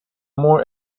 more